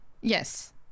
yes